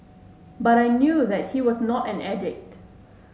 but I knew that he was not an addict